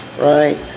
Right